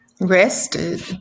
rested